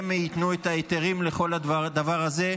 הם ייתנו היתרים לכל הדבר הזה,